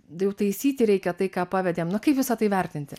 jau taisyti reikia tai ką pavedėm nu kaip visa tai vertinti